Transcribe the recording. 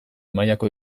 mailako